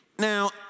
Now